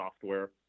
software